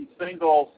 single